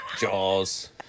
Jaws